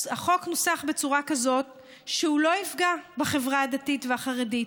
החוק נוסח בצורה כזאת שהוא לא יפגע בחברה הדתית והחרדית.